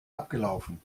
abgelaufen